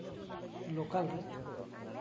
local ᱨᱮ